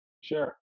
Sure